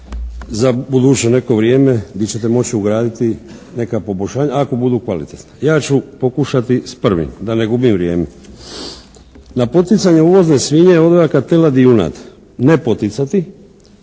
za buduće neko vrijeme di ćete moći ugraditi neka poboljšanja, ako budu kvalitetna. Ja ću pokušati s prvim da ne gubim vrijeme. Na poticanje uvozne svinje, odojaka, telad i junad, ne poticati.